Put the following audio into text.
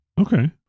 Okay